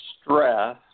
stress